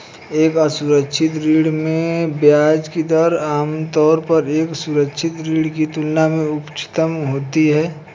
एक असुरक्षित ऋण में ब्याज की दर आमतौर पर एक सुरक्षित ऋण की तुलना में उच्चतर होती है?